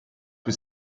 più